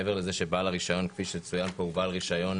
מעבר לזה שבעל הרישיון כפי שצוין כאן הוא בעל רישיון